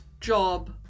job